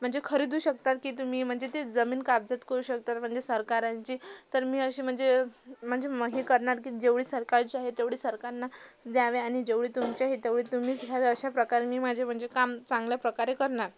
म्हणजे खरीदू शकतात की तुम्ही म्हणजे ती जमीन कब्जात करू शकतात म्हणजे सरकारांची तर मी अशी म्हणजे म्हणजे म हे करणार की जेवढी सरकारची आहे तेवढी सरकारना द्याव्या आणि जेवढी तुमची आहे तेवढी तुम्हीच घ्याव्या अशाप्रकारे मी माझे म्हणजे काम चांगल्या प्रकारे करणार